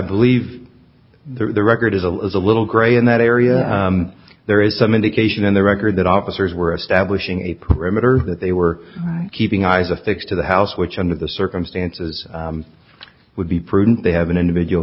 believe the record is a little gray in that area there is some indication in the record that officers were establishing a perimeter that they were keeping eyes affixed to the house which under the circumstances would be prudent they have an individual